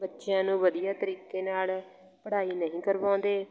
ਬੱਚਿਆਂ ਨੂੰ ਵਧੀਆ ਤਰੀਕੇ ਨਾਲ ਪੜ੍ਹਾਈ ਨਹੀਂ ਕਰਵਾਉਂਦੇ